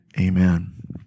amen